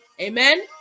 amen